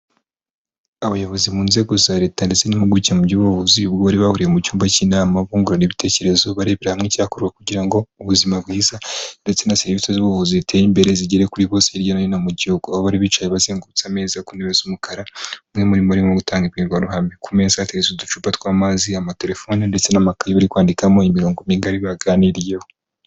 Abayobozi mu nzego za Leta ndetse n'impuguke mu by'ubuvuzi ubwo bari bahuriye mu cyumba cy'inama bungurana ibitekerezo barebera hamwe icyarakorwa kugira ngo ubuzima bwiza ndetse na serivisi z'ubuvuzi zitere imbere zigere kuri bose hirya no hino mu Gihugu. Aho bari bicaye bazengurutse ameza ku ntebe z'umukara, umwe muri bo arigutanga imbwirwaruhame. Ku meza hateretse uducupa tw'amazi, amatelefone ndetse n'amakaye barikwandikamo imirongo migari baganiriyeho.